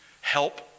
Help